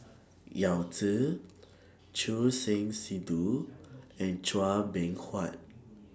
Yao Zi Choor Singh Sidhu and Chua Beng Huat